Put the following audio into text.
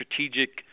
strategic